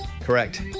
Correct